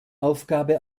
aufgabe